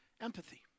empathy